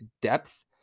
depth